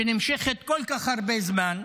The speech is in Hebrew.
שנמשכת כל כך הרבה זמן,